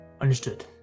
Understood